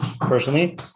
personally